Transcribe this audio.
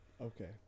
Okay